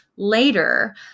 later